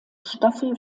staffel